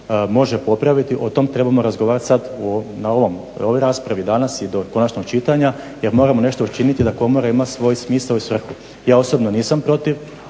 može popraviti o tom trebamo razgovarati sad na ovoj raspravi danas i do konačnog čitanja jer moramo nešto učiniti da komora ima svoj smisao i svrhu. Ja osobno nisam protiv